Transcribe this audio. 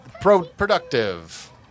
productive